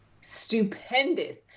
stupendous